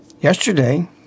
yesterday